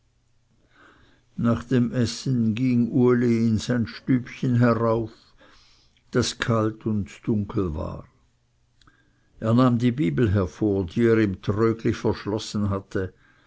nach dem essen ging uli in sein stübchen herauf das kalt und dunkel war er nahm die bibel hervor die er im trögli verschlossen hatte